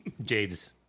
Jade's